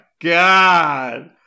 God